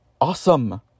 awesome